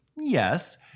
Yes